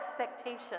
expectations